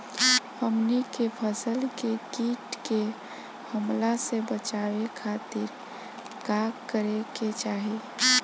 हमनी के फसल के कीट के हमला से बचावे खातिर का करे के चाहीं?